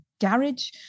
garage